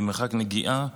במרחק נגיעה,